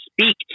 speak